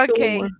Okay